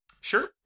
Sure